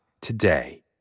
today